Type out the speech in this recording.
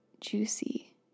juicy